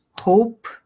hope